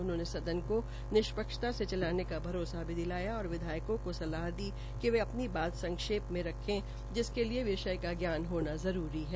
उन्होंने सदन का निष्पक्षता से चलाने का भरोसा भी दिलाया और विधायकों को सलाह दी कि वे अपनी बात संक्षेप में रखे जिसके लिये विषय का ज्ञान होना जरूरी है